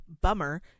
Bummer